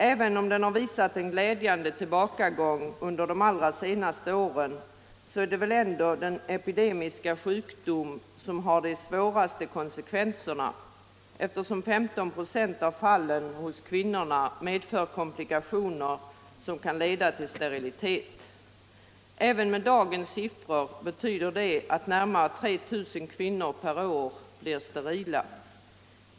Även om den har visat en glädjande tillbakagång under de allra senaste åren, är väl detta ändå den epidemiska sjukdom som har de svåraste konsekvenserna, eftersom 15 96 av fallen hos kvinnorna medför komplikationer som kan leda till sterilitet. Också med dagens siffror är det närmare 3 000 kvinnor per år som blir sterila.